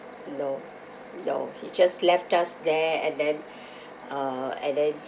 no no he just left us there and then uh and then